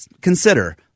consider